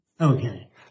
Okay